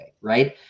right